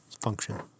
function